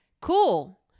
Cool